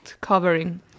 covering